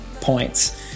points